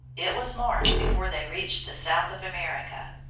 it was march before they reached the south of america.